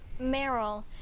Meryl